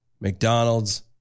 McDonald's